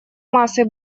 массой